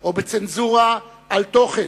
או בצנזורה על תוכן.